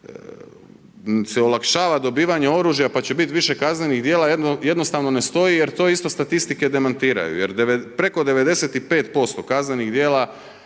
se olakšava dobivanje oružja, pa će biti više kaznenih djela jednostavno ne stoji jer to isto statistike demantiraju jer preko 95% kaznenih djela